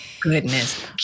goodness